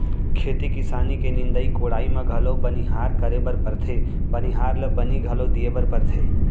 खेती किसानी के निंदाई कोड़ाई म घलौ बनिहार करे बर परथे बनिहार ल बनी घलौ दिये बर परथे